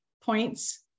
points